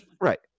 Right